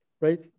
right